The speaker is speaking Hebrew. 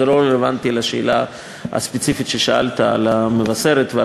זה לא רלוונטי לשאלה הספציפית ששאלת על מבשרת ועל